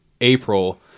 April